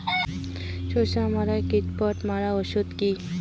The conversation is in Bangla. শসা চাষে কীটপতঙ্গ মারার ওষুধ কি?